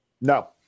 no